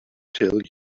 tell